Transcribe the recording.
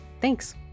Thanks